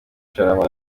sharama